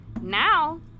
now